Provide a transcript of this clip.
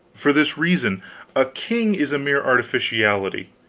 for this reason a king is a mere artificiality,